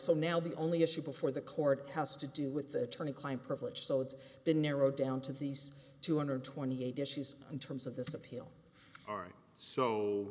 so now the only issue before the court has to do with attorney client privilege so it's been narrowed down to these two hundred twenty eight issues in terms of this appeal are